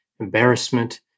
embarrassment